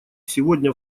сегодня